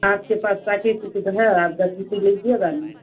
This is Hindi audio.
आपके पास सर्टिफिकेट है आप गारंटी लीजिएगा न